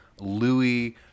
Louis